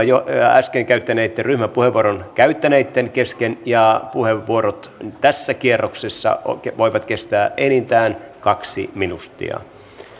äsken ryhmäpuheenvuoron käyttäneitten kesken ja puheenvuorot tässä kierroksessa voivat kestää enintään kaksi minuuttia